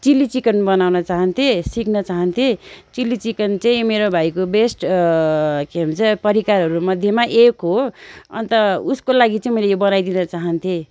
chilli chicken बनाउनु चाहन्थेँ सिक्न चाहन्थेँ चिल्ली चिकन चाहिँ मेरो भाइको बेस्ट के भन्छ परिकारहरू मध्येमा एक हो अन्त उसको लागि चाहिँ म यो बनाइदिन चाहान्थेँ